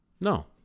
No